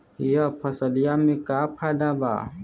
यह फसलिया में का फायदा बा?